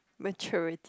maturity